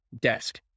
desk